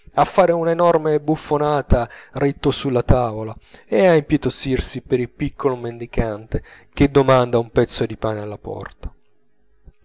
a fare una enorme buffonata ritto sulla tavola e a impietosirsi per il piccolo mendicante che domanda un pezzo di pane alla porta